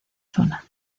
zona